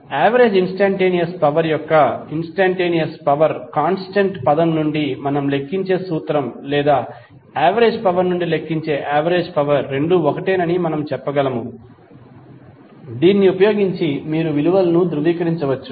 average instantaneous power యొక్క instantaneous power constant పదం నుండి మనం లెక్కించే సూత్రం లేదా యావరేజ్ పవర్ నుండి లెక్కించే యావరేజ్ పవర్ రెండూ ఒకటేనని మనం చెప్పగలం దీన్ని ఉపయోగించి మీరు విలువలను ధృవీకరించవచ్చు